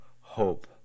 hope